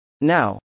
Now